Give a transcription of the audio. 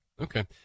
Okay